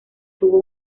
tuvo